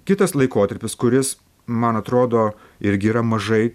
kitas laikotarpis kuris man atrodo irgi yra mažai